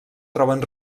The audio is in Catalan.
troben